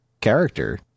character